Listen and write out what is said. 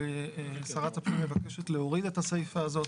שרת הפנים מבקשת להוריד את הסעיף הזה.